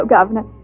Governor